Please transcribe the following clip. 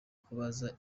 kubaza